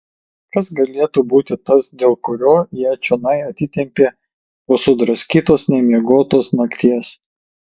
kas galėtų būti tas dėl kurio ją čionai atitempė po sudraskytos nemiegotos nakties